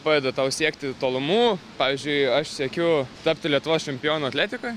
padeda tau siekti tolumų pavyzdžiui aš siekiu tapti lietuvos čempionu atletikoj